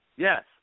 Yes